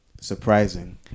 surprising